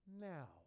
now